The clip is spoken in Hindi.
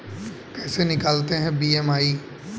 कैसे निकालते हैं बी.एम.आई?